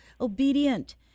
obedient